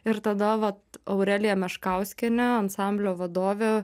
ir tada vat aurelija meškauskienė ansamblio vadovė